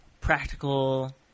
practical